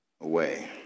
away